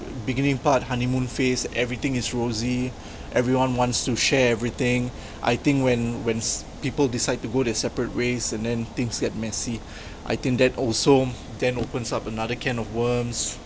beginning part honeymoon phase everything is rosy everyone wants to share everything I think when when people decide to go their separate ways and then things get messy I think that also then opens up another can of worms